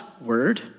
word